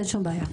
אין שום בעיה.